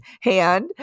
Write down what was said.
hand